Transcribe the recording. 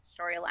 storyline